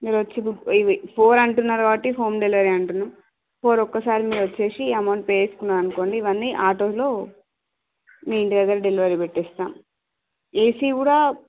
మీరొచ్చి ఇప్పుడు ఇవి ఫోర్ అంటున్నారు కాబట్టి హోమ్ డెలివరీ అంటున్నాం ఒక్కసారి మీరొచ్చేసి అమౌంట్ పే చేసుకున్నారనుకోండి ఇవన్నీ ఆటోలో మీ ఇంటి దగ్గర డెలివరీ పెట్టిస్తాను ఏసీ కూడా